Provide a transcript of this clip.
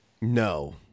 No